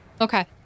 Okay